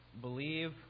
believe